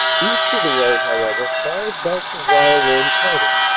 east of the road, however, five belts of wire were encountered,